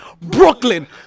Brooklyn